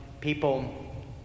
people